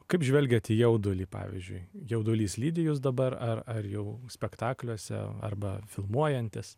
kaip žvelgiat į jaudulį pavyzdžiui jaudulys lydi jus dabar ar ar jau spektakliuose arba filmuojantis